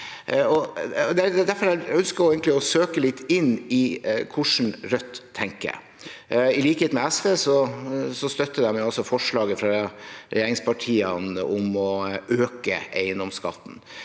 egentlig ønsker å søke litt inn i hvordan Rødt tenker. I likhet med SV støtter de altså forslaget fra regjeringspartiene om å øke eiendomsskatten.